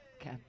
Okay